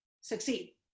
succeed